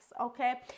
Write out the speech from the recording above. okay